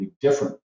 different